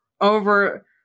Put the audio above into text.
over